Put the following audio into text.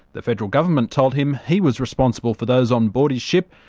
the federal government told him he was responsible for those on board his ship,